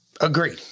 Agree